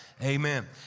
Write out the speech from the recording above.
Amen